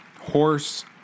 horse